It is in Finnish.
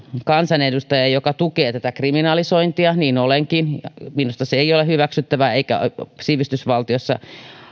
kansanedustaja joka tukee tätä kriminalisointia niin olenkin minusta se ei ole hyväksyttävää eikä sivistysvaltiossa